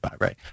right